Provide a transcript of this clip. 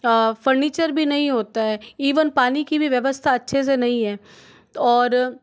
furniture भी नहीं होता है ईवन पानी की भी व्यवस्था अच्छे से नहीं है और